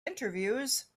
interviews